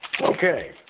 Okay